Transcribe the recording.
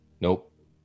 Nope